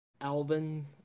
Alvin